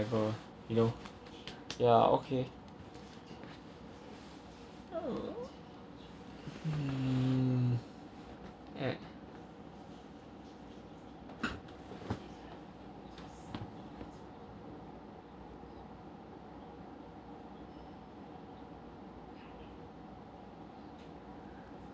a you know yeah okay mm